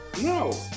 no